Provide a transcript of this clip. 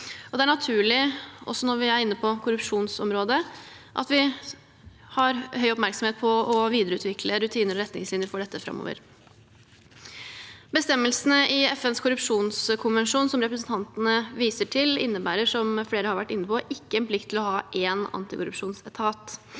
Det er naturlig, også når vi er inne på korrupsjonsområdet, at vi har høy oppmerksomhet på å videreutvikle rutiner og retningslinjer for dette framover. Bestemmelsene i FNs korrupsjonskonvensjon, som representantene viser til, innebærer ikke en plikt til å ha én antikorrupsjonsetat,